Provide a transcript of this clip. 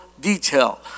detail